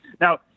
Now